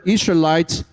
Israelites